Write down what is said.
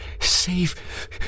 save